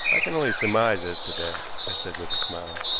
i can only surmise as to that, i said with a smile.